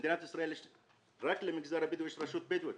במדינת ישראל רק למגזר הבדואי יש רשות בדואית.